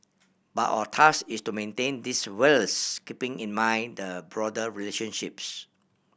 but our task is to maintain this whilst keeping in mind the broader relationships